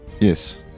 Yes